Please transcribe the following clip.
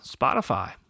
spotify